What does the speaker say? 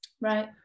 right